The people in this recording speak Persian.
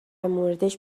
موردش